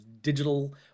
digital